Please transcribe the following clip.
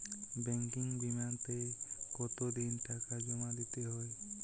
Banking বিমাতে কত দিন টাকা জমা দিতে হয়?